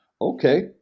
Okay